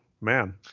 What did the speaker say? man